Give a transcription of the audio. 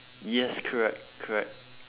yes correct correct